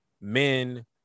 men